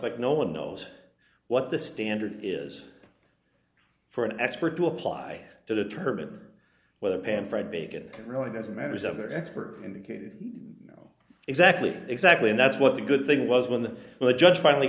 suspect no one knows what the standard is for an expert to apply to determine whether pan fried bacon really doesn't matter as every expert indicated you know exactly exactly and that's what the good thing was when the judge finally